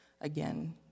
again